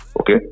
Okay